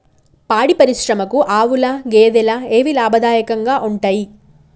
పాడి పరిశ్రమకు ఆవుల, గేదెల ఏవి లాభదాయకంగా ఉంటయ్?